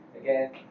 Again